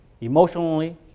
emotionally